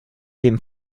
dem